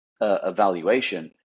evaluation